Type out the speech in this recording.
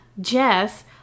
Jess